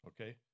okay